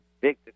Big